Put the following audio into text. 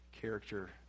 character